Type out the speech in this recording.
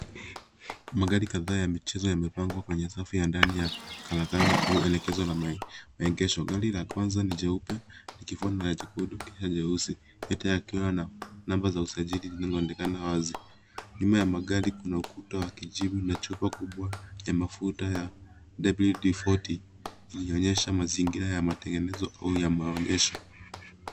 Magari kadhaa ya michezo yamepangwa kwenye safu ya ndani ya karakana au elekezo la maegesho. Gari la kwanza ni jeupe likifuatwa na la jekundu kisha jeusi yote yakiwa na namba za usajili zinaonekana wazi. Nyuma ya magari kuna ukuta wa kijivu na chupa kubwa ya mafuta ya WD 40 ikionyesha mazingira ya matengezo au maegesho.